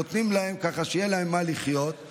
נותנים להם ככה שיהיה להם ממה לחיות.